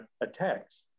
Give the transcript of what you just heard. attacks